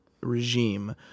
regime